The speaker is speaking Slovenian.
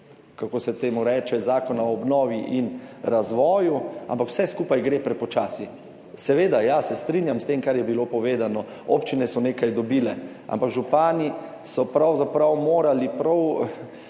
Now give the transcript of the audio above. kako se temu reče, Zakona o obnovi in razvoju, ampak vse skupaj gre prepočasi. Seveda ja, se strinjam s tem kar je bilo povedano, občine so nekaj dobile, ampak župani so pravzaprav morali prav